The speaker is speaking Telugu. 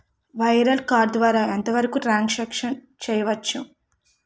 వైర్లెస్ కార్డ్ ద్వారా ఎంత వరకు ట్రాన్ సాంక్షన్ చేయవచ్చు?